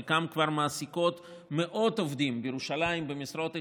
חלקן כבר מעסיקות מאות עובדים בירושלים במשרות איכותיות,